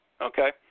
okay